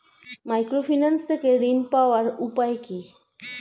Microfinance থেকে ঋণ পাওয়ার উপায় কি?